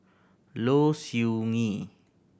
Low Siew Nghee